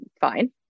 fine